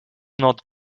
not